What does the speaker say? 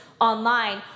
online